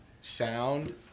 Sound